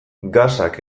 gasak